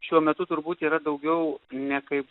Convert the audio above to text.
šiuo metu turbūt yra daugiau ne kaip